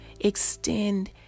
extend